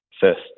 first